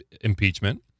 impeachment